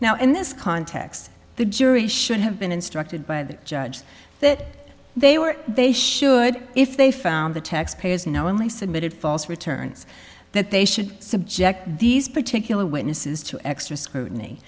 now in this context the jury should have been instructed by the judge that they were they should if they found the taxpayers knowingly submitted false returns that they should subject these particular witnesses to extra scrutiny